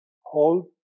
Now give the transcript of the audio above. hold